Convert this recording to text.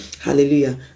Hallelujah